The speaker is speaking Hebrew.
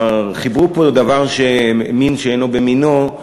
חיברו פה מין שאינו במינו,